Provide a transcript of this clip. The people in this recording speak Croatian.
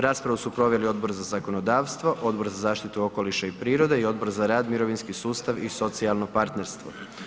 Raspravu su proveli Odbor za zakonodavstvo, Odbor za zaštitu okoliša i prirode i Odbor za rad, mirovinski sustav i socijalno partnerstvo.